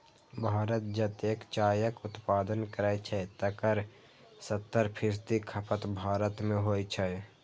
भारत जतेक चायक उत्पादन करै छै, तकर सत्तर फीसदी खपत भारते मे होइ छै